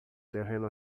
terreno